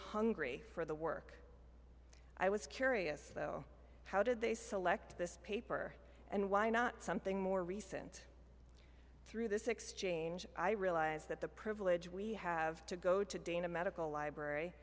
hungry for the work i was curious how did they select this paper and why not something more recent through this exchange i realized that the privilege we have to go to dana medical library